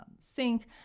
sink